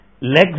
Legs